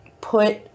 put